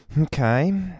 Okay